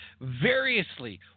variously